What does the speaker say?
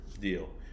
deal